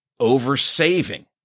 oversaving